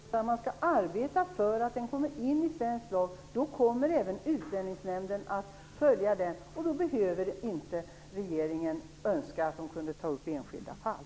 Fru talman! Jag anser inte att man behöver ändra på den lagen, utan man skall arbeta för att konventionen kommer in i svensk lag. Då kommer även Utlänningsnämnden att följa den, och då behöver inte regeringen önska att den kunde ta upp enskilda fall.